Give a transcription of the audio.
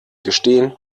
gestehen